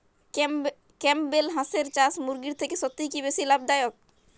Campbell হাঁসের চাষ মুরগির থেকে সত্যিই কি বেশি লাভ দায়ক?